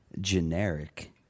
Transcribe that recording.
generic